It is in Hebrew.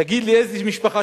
תגיד לי איזו משפחה,